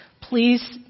please